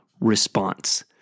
response